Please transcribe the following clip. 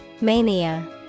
Mania